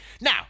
Now